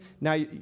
now